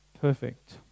Perfect